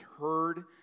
heard